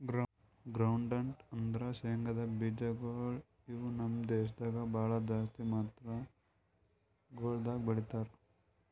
groundnut ಅಂದುರ್ ಶೇಂಗದ್ ಬೀಜಗೊಳ್ ಇವು ನಮ್ ದೇಶದಾಗ್ ಭಾಳ ಜಾಸ್ತಿ ಮಾತ್ರಗೊಳ್ದಾಗ್ ಬೆಳೀತಾರ